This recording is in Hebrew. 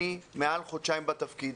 אני מעל חודשיים בתפקיד.